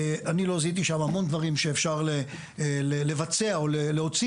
אני לא זיהיתי שם המון דברים שאפשר לבצע או להוציא